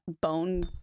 bone